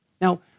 now